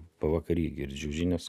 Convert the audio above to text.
pavakary girdžiu žinios